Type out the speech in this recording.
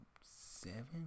seven